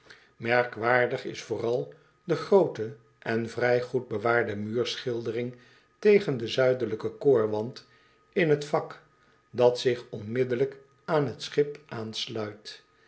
merkwaardig is vooral de groote en vrij goed bewaarde muurschildering tegen den z koorwand in het vak dat zich onmiddellijk aan het schip aansluit